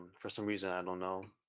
for some reason i don't know.